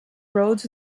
roads